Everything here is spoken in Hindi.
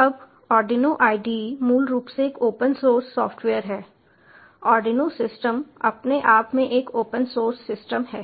अब आर्डिनो IDE मूल रूप से एक ओपन सोर्स सॉफ्टवेयर है आर्डिनो सिस्टम अपने आप में एक ओपन सोर्स सिस्टम है